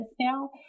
now